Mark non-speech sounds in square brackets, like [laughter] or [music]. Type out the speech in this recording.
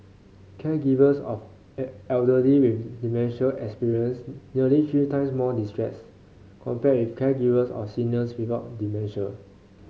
caregivers of [hesitation] elderly with dementia experienced nearly three times more distress compared with caregivers of seniors without dementia